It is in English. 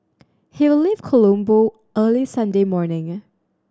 he will leave Colombo early Sunday morning